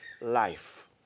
life